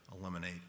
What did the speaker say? eliminate